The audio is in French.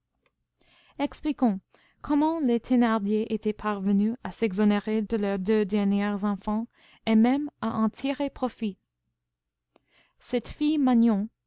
expliquons comment les thénardier étaient parvenus à s'exonérer de leurs deux derniers enfants et même à en tirer profit cette fille magnon